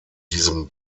diesem